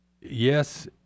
Yes